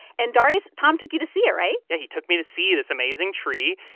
and, darius, tom took you to see it, right? yeah. he took me to see this amazing tree.